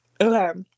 okay